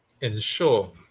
ensure